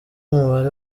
umubare